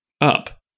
up